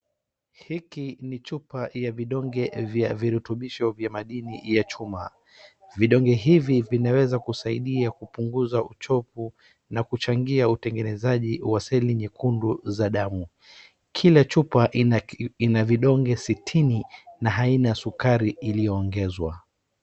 Hiki ni chupa ya vidonge vya viturubisho vya maadini ya chuma. Vidonge hivi vinaweza kusaidia kupunguza uchovu na kuchangia utengenazi wa seli nyekundu za damu. Kila chupa ina vidonge sitini na haina sukari iliyo ongezwa